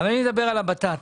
אני מדבר על הבטטות.